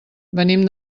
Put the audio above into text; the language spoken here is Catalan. venim